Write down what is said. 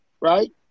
right